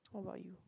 what about you